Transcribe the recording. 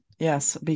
Yes